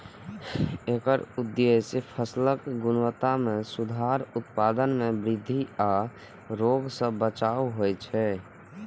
एकर उद्देश्य फसलक गुणवत्ता मे सुधार, उत्पादन मे वृद्धि आ रोग सं बचाव होइ छै